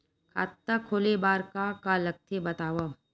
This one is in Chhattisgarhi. खाता खोले बार का का लगथे बतावव?